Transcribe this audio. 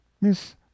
Miss